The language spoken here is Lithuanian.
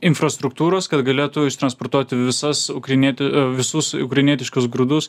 infrastruktūros kad galėtų transportuoti visas ukrainieti visus ukrainietiškus grūdus